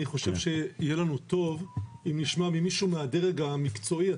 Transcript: אני חושב שיהיה לנו טוב אם נשמע ממישהו מהדרג המקצועי,